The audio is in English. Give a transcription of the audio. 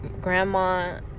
grandma